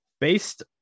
Based